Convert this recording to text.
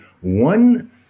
one